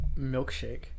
milkshake